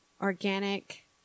organic